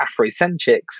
Afrocentrics